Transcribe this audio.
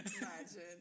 Imagine